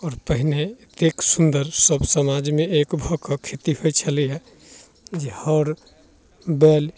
आओर पहिने एतेक सुन्दर सब समाजमे एक भऽ कऽ खेती होइ छलैए जे हऽर बैल